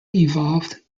evolved